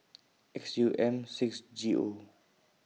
X U M six G O